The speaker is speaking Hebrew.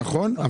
נכון.